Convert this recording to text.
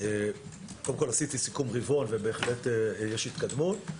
עשיתי סיכום רבעון ובהחלט יש התקדמות.